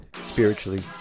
spiritually